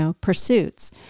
pursuits